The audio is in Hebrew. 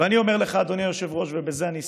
ואני אומר לך, אדוני היושב-ראש, ובזה אני אסיים: